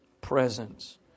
presence